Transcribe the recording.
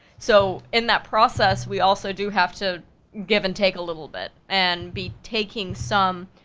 so, in that process, we also do have to give and take a little bit, and be taking some,